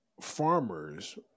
farmers